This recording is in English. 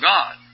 God